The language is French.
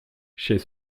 chez